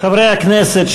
חברי הכנסת,